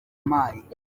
wampaye